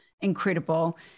incredible